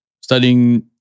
studying